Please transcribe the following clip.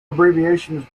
abbreviations